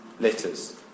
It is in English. letters